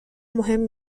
مهم